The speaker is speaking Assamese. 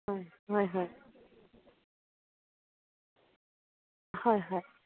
হয় হয় হয় হয় হয়